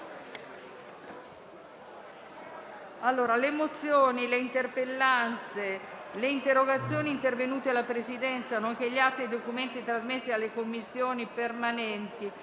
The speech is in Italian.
Le mozioni, le interpellanze e le interrogazioni pervenute alla Presidenza, nonché gli atti e i documenti trasmessi alle Commissioni permanenti